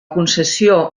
concessió